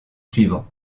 suivant